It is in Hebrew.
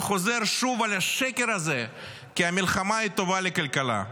וחוזר שוב על השקר הזה כי המלחמה היא טובה לכלכלה.